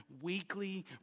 weekly